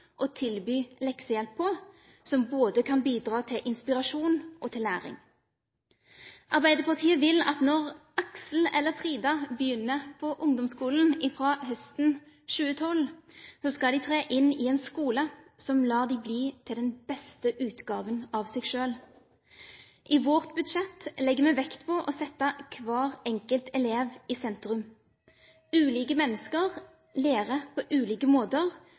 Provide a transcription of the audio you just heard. å tilby leksehjelp på, som kan bidra til både inspirasjon og læring. Arbeiderpartiet vil at når Aksel og Frida begynner på ungdomsskolen fra høsten 2012, skal de tre inn i en skole som lar dem bli til den beste utgaven av seg selv. I vårt budsjett legger vi vekt på å sette hver enkelt elev i sentrum. Ulike mennesker lærer på ulike måter,